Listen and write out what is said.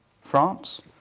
France